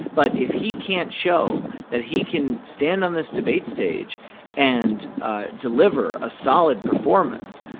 but if he can't show that he can stand on this debate stage and deliver a solid performance,